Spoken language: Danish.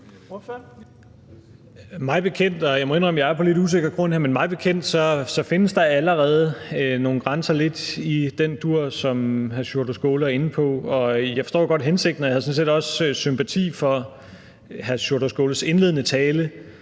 Mig bekendt – og jeg må indrømme, at jeg er på lidt usikker grund her – findes der allerede nogle grænser lidt i den dur, som hr. Sjúrður Skaale er inde på. Jeg forstår godt hensigten, og jeg har sådan set også sympati for hr. Sjúrður Skaales indledende tale,